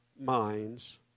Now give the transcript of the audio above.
minds